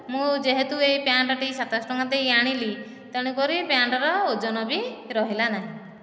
ମୁଁ ଯେହେତୁ ଏହି ପ୍ୟାଣ୍ଟ ଟି ସାତଶହ ଟଙ୍କା ଦେଇ ଆଣିଲି ତେଣୁକରି ପ୍ୟାଣ୍ଟ ର ଓଜନ ବି ରହିଲା ନାହିଁ